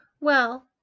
Well